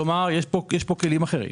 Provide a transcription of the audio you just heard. כלומר, יש כאן כלים אחרים.